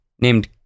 named